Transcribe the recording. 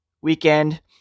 weekend